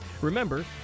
Remember